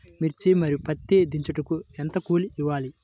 మిర్చి మరియు పత్తి దించుటకు ఎంత కూలి ఇవ్వాలి?